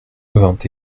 vingt